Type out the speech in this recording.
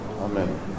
Amen